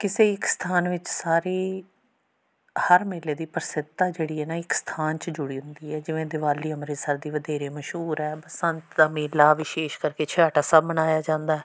ਕਿਸੇ ਇੱਕ ਸਥਾਨ ਵਿੱਚ ਸਾਰੀ ਹਰ ਮੇਲੇ ਦੀ ਪ੍ਰਸਿੱਧਤਾ ਜਿਹੜੀ ਹੈ ਨਾ ਇੱਕ ਸਥਾਨ 'ਚ ਜੁੜੀ ਹੁੰਦੀ ਹੈ ਜਿਵੇਂ ਦੀਵਾਲੀ ਅੰਮ੍ਰਿਤਸਰ ਦੀ ਵਧੇਰੇ ਮਸ਼ਹੂਰ ਹੈ ਬਸੰਤ ਦਾ ਮੇਲਾ ਵਿਸ਼ੇਸ਼ ਕਰਕੇ ਛਿਹਾਟਾ ਸਾਹਿਬ ਮਨਾਇਆ ਜਾਂਦਾ